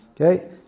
Okay